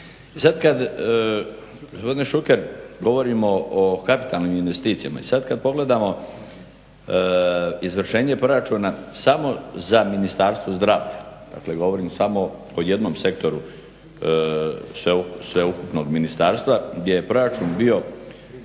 Šuker govorimo o kapitalnim investicijama i sad kad pogledamo izvršenje proračuna samo za Ministarstvo zdravlja, dakle govorim samo o jednom sektoru sveukupnog ministarstva gdje je proračun bio